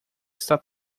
está